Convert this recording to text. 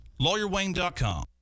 LawyerWayne.com